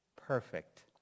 perfect